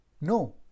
no